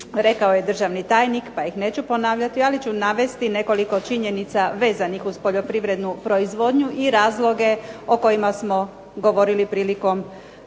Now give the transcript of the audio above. rekao je državni tajnik pa ih neću ponavljati, ali ću navesti nekoliko činjenica vezanih uz poljoprivrednu proizvodnju i razloge o kojima smo govorili prilikom